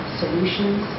solutions